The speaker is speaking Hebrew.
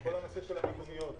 בכל הנושא של המיגוניות.